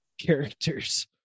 characters